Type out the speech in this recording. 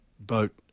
boat